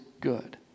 good